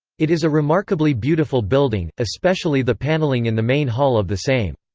it is a remarkably beautiful building, especially the paneling in the main hall of the same.